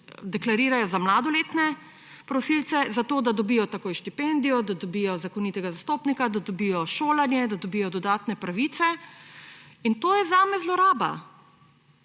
deklarirajo za mladoletne prosilce, da dobijo takoj štipendijo, da dobijo zakonitega zastopnika, da dobijo šolanje, da dobijo dodatne pravice. In to je zame zloraba.